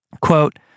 Quote